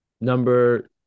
Number